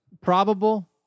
Probable